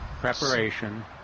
Preparation